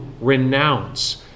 renounce